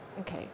Okay